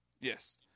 Yes